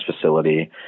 facility